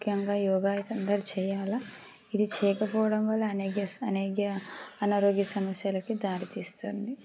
ముఖ్యంగా యోగా అయితే అందరూ చెయ్యాలి ఇది చేయకపోవడం వల్ల అనేక అనేక అనారోగ్య సమస్యలకి దారితీస్తుంది